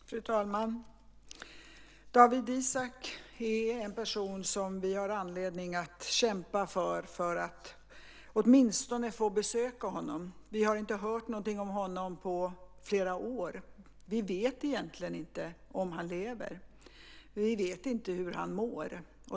Fru talman! Dawit Isaak är en person som vi har anledning att kämpa för, åtminstone för att få besöka honom. Vi har inte hört någonting om honom på flera år. Vi vet egentligen inte om han lever. Vi vet inte hur han mår.